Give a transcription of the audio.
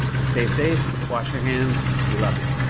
stay safe. wash your hands. we love you.